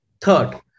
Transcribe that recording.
Third